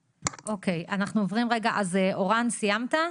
אוקיי, אז אנחנו עוברים רגע, אורן סיימת?